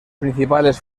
principales